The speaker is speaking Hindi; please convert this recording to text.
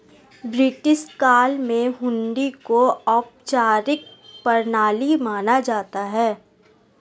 ब्रिटिश काल में हुंडी को औपचारिक प्रणाली माना जाता था